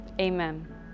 Amen